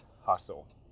hustle